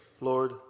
Lord